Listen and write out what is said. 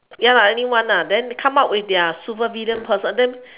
ya lah anyone ah then come up with their super villain person then